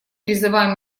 призываем